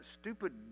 stupid